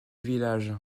village